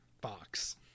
box